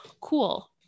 cool